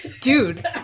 Dude